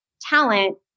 talent